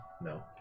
No